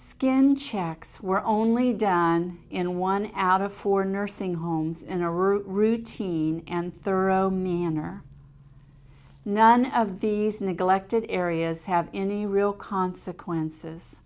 skin checks were only done in one out of four nursing homes in a routine and thorough manner none of these neglected areas have any real consequences